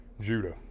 Judah